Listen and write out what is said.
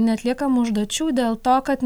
neatliekam užduočių dėl to kad